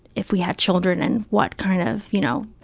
if we had children and what kind of, you know,